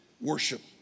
worship